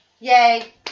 yay